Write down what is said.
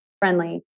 friendly